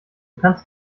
kannst